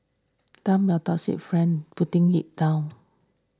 dump your toxic friends putting it down